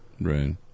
Right